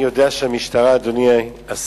אני יודע שהמשטרה, אדוני השר,